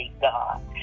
God